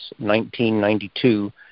1992